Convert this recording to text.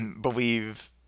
believe